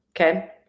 okay